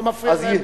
לא מפריע להם,